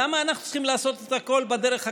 למה אנחנו צריכים לעשות את הכול בדרך הקשה?